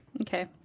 Okay